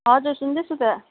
हजुर सुन्दैछु त